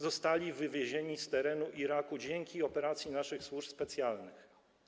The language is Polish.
Zostali wywiezieni z terenu Iraku dzięki operacji naszych służb specjalnych.